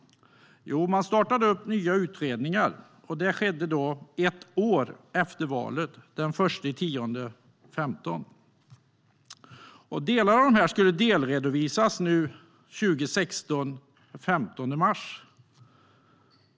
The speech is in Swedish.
Jo, man startade upp nya utredningar ett år efter valet, den 1 oktober 2015. Delar av dessa skulle delredovisas den 15 mars 2016.